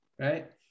right